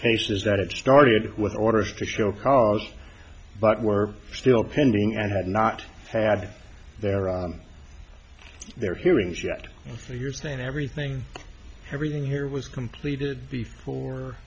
cases that it started with orders to show cause but were still pending and had not had their their hearings yet you're saying everything everything here was completed before